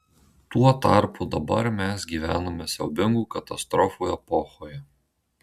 tuo tarpu dabar mes gyvename siaubingų katastrofų epochoje